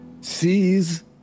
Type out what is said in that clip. sees